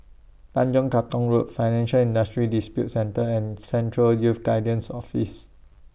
Tanjong Katong Road Financial Industry Disputes Centre and Central Youth Guidance Office